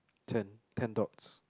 ten ten dots